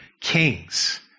kings